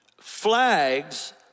flags